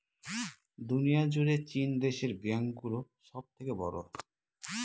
দুনিয়া জুড়ে চীন দেশের ব্যাঙ্ক গুলো সব থেকে বড়ো